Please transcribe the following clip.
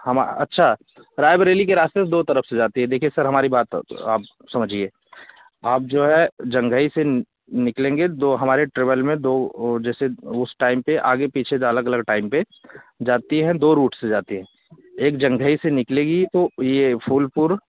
हमा अच्छा रायबरेली के रास्ते से दो तरफ़ से जाती है देखिए सर हमारी बात आप समझिए आप जो है जंघई से निकलेंगे दो हमारे ट्रैवल में दो जैसे उस टाइम पर आगे पीछे दो अलग अलग टाइम पर जाती हैं दो रूट से जाती है एक जंघई से निकलेगी तो यह फूलपुर